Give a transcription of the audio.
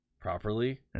properly